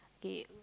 okay